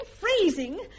freezing